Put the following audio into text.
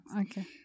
Okay